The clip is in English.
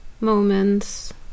moments